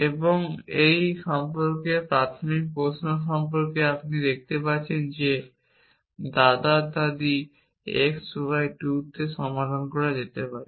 এবং এটি সম্পর্কে প্রাথমিক প্রশ্ন সম্পর্কে তারপর আপনি দেখতে পারেন যে দাদা দাদি x y 2 তে সমাধান করা যেতে পারে